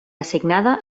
assignada